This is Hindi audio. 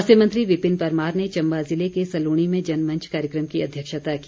स्वास्थ्य मंत्री विपिन परमार ने चम्बा ज़िले के सलूणी में जनमंच कार्यक्रम की अध्यक्षता की